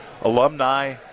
alumni –